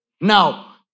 Now